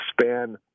span